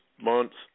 months